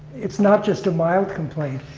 it's not just a mild complaint.